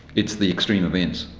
it's the extreme events.